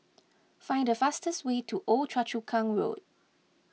find the fastest way to Old Choa Chu Kang Road